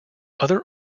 other